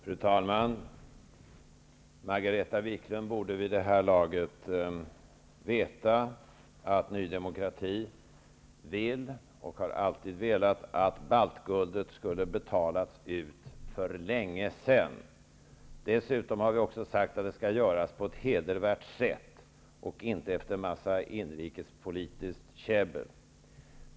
Fru talman! Margareta Viklund borde vid det här laget veta att Ny demokrati vill och alltid har velat att baltguldet skall betalas ut. Dessutom har vi också sagt att detta skall göras på ett hedervärt sätt, och inte efter en massa inrikespolitiskt käbbel.